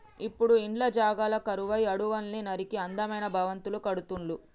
ఇప్పుడు ఇండ్ల జాగలు కరువై అడవుల్ని నరికి అందమైన భవంతులు కడుతుళ్ళు